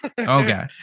Okay